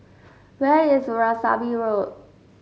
where is Veerasamy Road